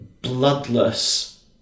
bloodless